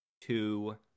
two